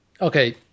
Okay